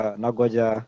nagoja